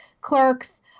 clerks